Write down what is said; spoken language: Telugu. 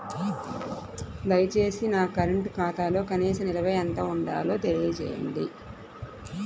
దయచేసి నా కరెంటు ఖాతాలో కనీస నిల్వ ఎంత ఉండాలో తెలియజేయండి